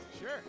Sure